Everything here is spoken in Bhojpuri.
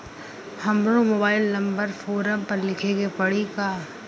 हमरो मोबाइल नंबर फ़ोरम पर लिखे के पड़ी का?